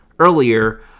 earlier